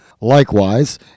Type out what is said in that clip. likewise